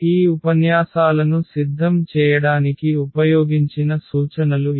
ఈ ఉపన్యాసాలను సిద్ధం చేయడానికి ఉపయోగించిన సూచనలు ఇవి